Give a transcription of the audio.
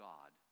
God